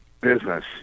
business